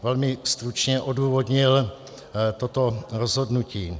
Velmi stručně bych odůvodnil toto rozhodnutí.